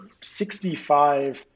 65